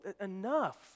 enough